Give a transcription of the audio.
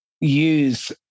use